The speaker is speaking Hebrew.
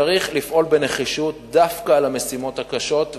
צריך לפעול בנחישות דווקא במשימות הקשות,